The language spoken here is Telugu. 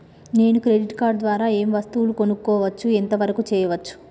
నేను క్రెడిట్ కార్డ్ ద్వారా ఏం వస్తువులు కొనుక్కోవచ్చు ఎంత వరకు చేయవచ్చు?